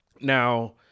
Now